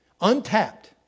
untapped